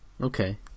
Okay